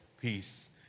peace